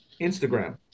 Instagram